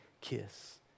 kiss